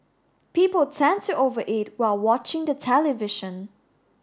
people tend to over eat while watching the television